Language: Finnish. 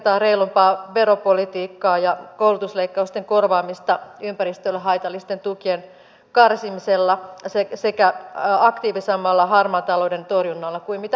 jatketaan reilumpaa veropolitiikkaa ja koulutusleikkausten korvaamista ympäristölle haitallisten tukien karsimisella sekä aktiivisemmalla harmaan talouden torjunnalla kuin mitä hallitus tekee